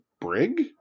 Brig